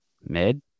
Mid